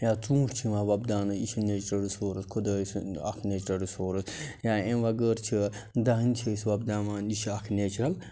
یا ژوٗنٹۍ چھِ یِوان وۄپداونہٕ یہِ چھُ نیچرل رِسورٕس خُدٲے سُنٛد اَکھ نیچرل رِسورٕس یا اَمہِ وَغٲر چھِ دانہِ چھِ أسۍ وۄپداوان یہِ چھُ اَکھ نیچرل